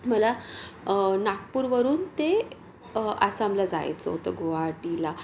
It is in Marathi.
मला नागपूरवरून ते आसामला जायचं होतं गुवाहाटीला